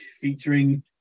featuring